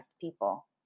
people